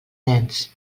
nens